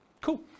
Cool